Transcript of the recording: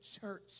church